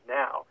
now